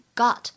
got